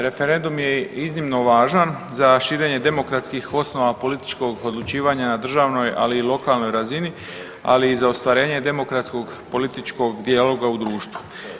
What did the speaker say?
Referendum je iznimno važan za širenje demokratskih osnova političkog odlučivanja na državnoj, ali i lokalnoj razini, ali i za ostvarenje demokratskog, političkog dijaloga u društvu.